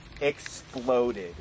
exploded